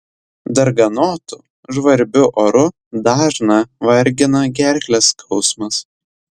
darganotu žvarbiu oru dažną vargina gerklės skausmas